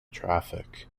traffic